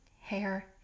hair